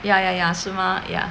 ya ya ya 什么呀